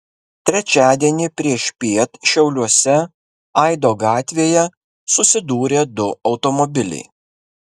trečiadienį priešpiet šiauliuose aido gatvėje susidūrė du automobiliai